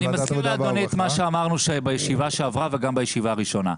אני מזכיר לאדוני את מה שאמרנו בישיבה שעברה וגם בישיבה הראשונה.